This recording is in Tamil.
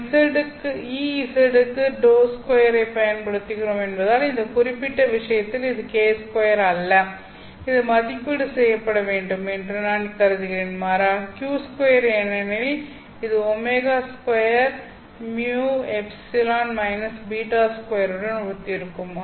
நாம் Ez க்கு ∂2 ஐப் பயன்படுத்துகிறோம் என்பதால் இந்த குறிப்பிட்ட விஷயத்தில் இது k2 அல்ல இது மதிப்பீடு செய்யப்பட வேண்டும் என்று நான் கருதுகிறேன் மாறாக q2 ஏனெனில் அது ω2με β2 உடன் ஒத்திருக்கும்